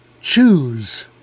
choose